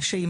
שיימחק.